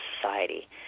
society